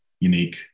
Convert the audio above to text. unique